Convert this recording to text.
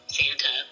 Santa